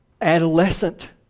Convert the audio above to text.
adolescent